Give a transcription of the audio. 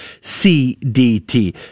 CDT